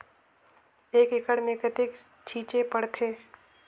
एक एकड़ मे कतेक छीचे पड़थे?